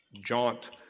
jaunt